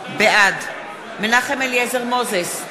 בעד מנחם אליעזר מוזס,